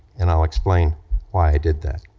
and i'll explain why i did that.